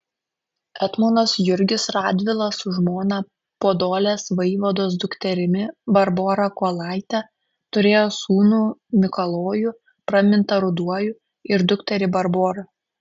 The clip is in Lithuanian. etmonas jurgis radvila su žmona podolės vaivados dukterimi barbora kuolaite turėjo sūnų mikalojų pramintą ruduoju ir dukterį barborą